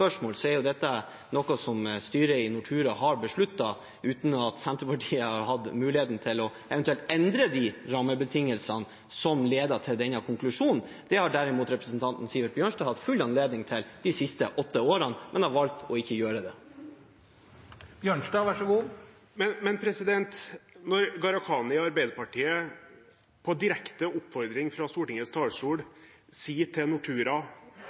å endre de rammebetingelsene som ledet til denne konklusjonen. Det har derimot representanten Sivert Bjørnstad hatt full anledning til de siste åtte årene, men har valgt ikke å gjøre det. Gharahkhani og Arbeiderpartiet sier på Stortingets talerstol til Nortura at det må bli slutt på sentraliseringen – når Arbeiderpartiets representant sier det, hvorfor kan ikke da Senterpartiets nye leder av næringskomiteen, Willfred Nordlund, slutte seg til